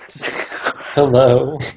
Hello